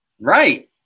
Right